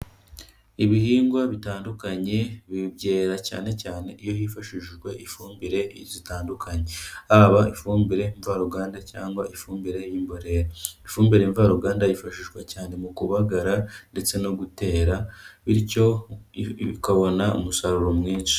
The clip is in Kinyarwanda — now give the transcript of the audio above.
Ibihingwa bitandukanye byera cyane cyane iyo hifashishijwe ifumbire zitandukanye. Haba ifumbire mvaruganda cyangwa ifumbire y'imborera, ifumbire mvaruganda yifashishwa cyane mu kubagara ndetse no gutera bityo bikabona umusaruro mwinshi.